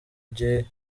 ugiye